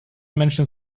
menschen